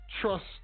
Trust